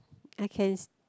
I can